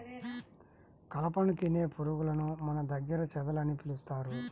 కలపను తినే పురుగులను మన దగ్గర చెదలు అని పిలుస్తారు